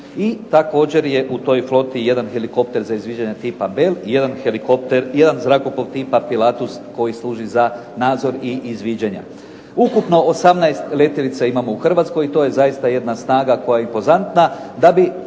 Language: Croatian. i također je u toj floti jedan helikopter za izviđanje tipa bel, jedan helikopter, jedan zrakoplov tipa pilatus koji služi za nadzor i izviđanja. Ukupno 18 letjelica imamo u Hrvatskoj, to je zaista jedna snaga koja je impozantna.